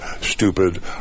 stupid